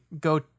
go